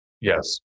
Yes